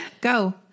Go